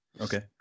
Okay